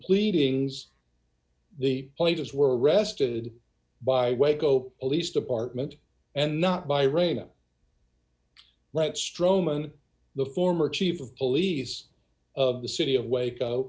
pleadings the players were arrested by waco police department and not by raina let stroman the former chief of police of the city of waco